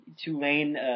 Tulane